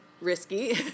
risky